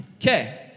Okay